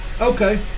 Okay